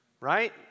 Right